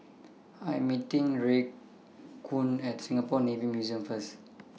I Am meeting Raekwon At Singapore Navy Museum First